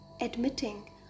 admitting